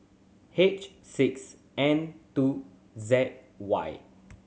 H six N two Z Y